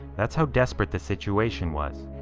that's how desperate the situation was.